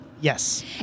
Yes